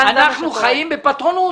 אנחנו חיים בפטרונות.